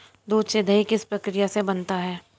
दूध से दही किस प्रक्रिया से बनता है?